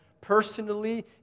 personally